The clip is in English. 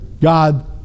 God